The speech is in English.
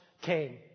came